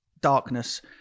darkness